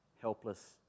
helpless